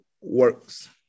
works